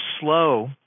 slow